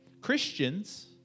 Christians